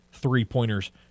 three-pointers